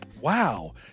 Wow